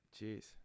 Jeez